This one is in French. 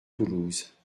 toulouse